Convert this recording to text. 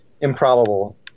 improbable